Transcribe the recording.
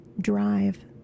drive